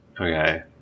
Okay